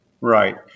Right